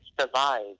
survive